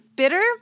bitter